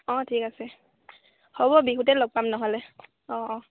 অঁ ঠিক আছে হ'ব বিহুতে লগ পাম নহ'লে অঁ অঁ